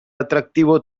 atractivo